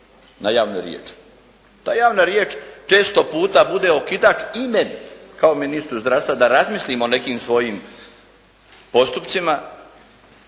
na javne riječi. Ta javna riječ često puta bude okidač i meni kao ministru zdravstva da razmislim o nekim svojim postupcima,